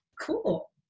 cool